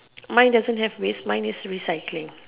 mine doesn't have risk mine is recycling